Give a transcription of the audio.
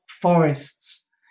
forests